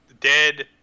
dead